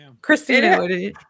Christina